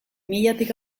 milatik